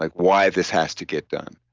like why this has to get done.